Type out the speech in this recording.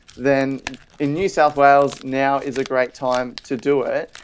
then in new south wales now is a great time to do it.